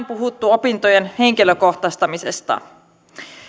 puhuttu vain opintojen henkilökohtaistamisesta